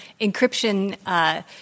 Encryption